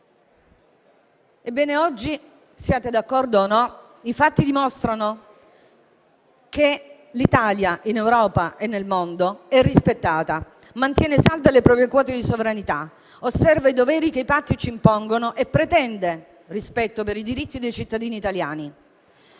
Ebbene, siate d'accordo o meno, oggi i fatti dimostrano che l'Italia è rispettata in Europa e nel mondo, mantiene salde le proprie quote di sovranità, osserva i doveri che i patti le impongono e pretende rispetto per i diritti dei cittadini italiani.